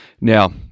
Now